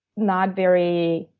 not very